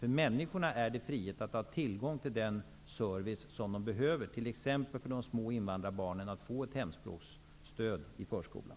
För människorna är det frihet att ha tillgång till den service som de behöver, t.ex. hemspråksstöd för de små invandrarbarnen i förskolan.